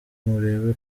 murebe